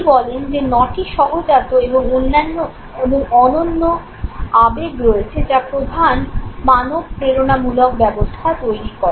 উনি বলেন যে নটি সহজাত এবং অনন্য আবেগ রয়েছে যা প্রধান মানব প্রেরণামূলক ব্যবস্থা তৈরি করে